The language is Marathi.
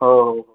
हो हो